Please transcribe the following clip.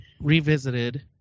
revisited